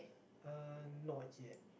uh not yet